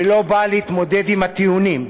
ולא באה להתמודד עם הטיעונים.